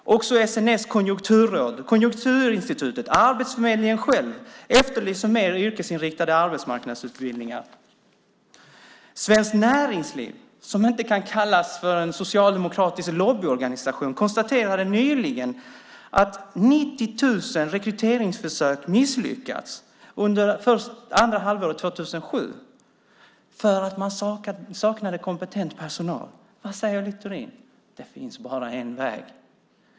Också SNS konjunkturråd, Konjunkturinstitutet och Arbetsförmedlingen själv efterlyser mer yrkesinriktade arbetsmarknadsutbildningar. Svenskt Näringsliv som inte kan kallas för en socialdemokratisk lobbyorganisation konstaterade nyligen att 90 000 rekryteringsförsök misslyckats under andra halvåret 2007 för att man saknade kompetent personal. Vad säger Littorin? Det finn bara en väg.